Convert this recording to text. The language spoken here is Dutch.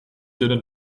dunne